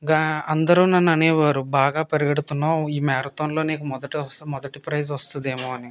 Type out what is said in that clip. గా అందరూ నన్ను అనేవారు బాగా పరుగెడుతున్నావ్ ఈ మ్యారథాన్లో నీకు మొదటి వ మొదటి ప్రైస్ వస్తుందేమో అని